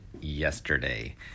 yesterday